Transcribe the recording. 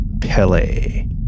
Pele